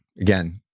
again